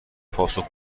پاسخ